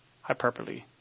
hyperbole